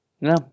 no